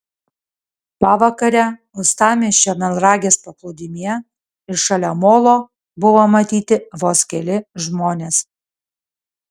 pavakarę uostamiesčio melnragės paplūdimyje ir šalia molo buvo matyti vos keli žmonės